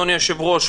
אדוני היושב-ראש,